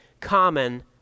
common